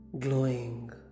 Glowing